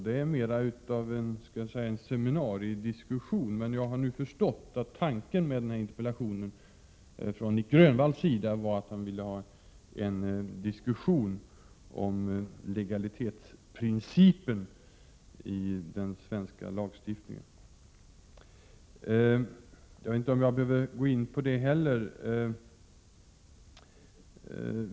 De liknar mer en seminariediskussion. Jag har emellertid nu förstått att tanken bakom denna interpellation från Nic Grönvalls sida var att han ville ha en diskussion om legalitetsprincipen i den svenska lagstiftningen. Jag vet inte om jag behöver gå in på det heller.